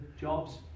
jobs